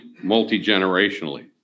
multi-generationally